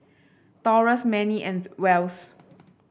Taurus Mannie and Wells